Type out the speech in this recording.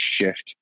shift